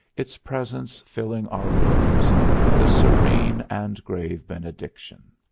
its presence filling our rooms with a serene and grave benediction.